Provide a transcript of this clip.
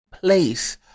place